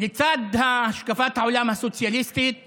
לצד השקפת העולם הסוציאליסטית